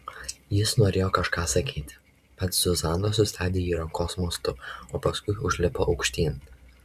jis norėjo kažką sakyti bet zuzana sustabdė ji rankos mostu o paskui užlipo aukštyn